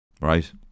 Right